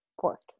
pork